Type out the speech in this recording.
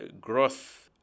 growth